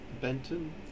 Benton